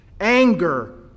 anger